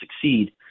succeed